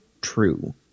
true